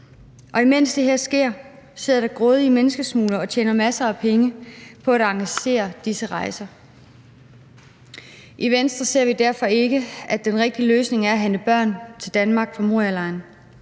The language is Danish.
Imens det sker, sidder der grådige menneskesmuglere og tjener masser af penge på at arrangere disse rejser. I Venstre ser vi derfor ikke, at den rigtige løsning er at hente børn til Danmark fra Morialejren.